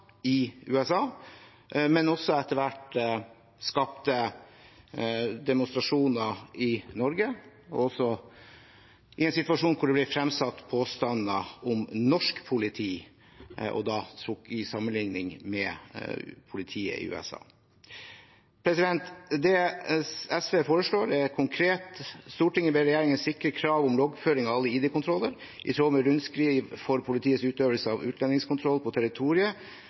i USA, men som også etter hvert skapte demonstrasjoner i Norge der det ble fremsatt påstander om norsk politi, og da i sammenligning med politiet i USA. Det SV foreslår, er konkret: «1. Stortinget ber regjeringen sikre kravet om loggføring av alle ID-kontroller, i tråd med Rundskriv for Politiets utøvelse av utlendingskontroll på territoriet,